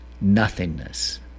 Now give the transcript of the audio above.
nothingness